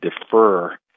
defer